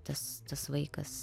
tas tas vaikas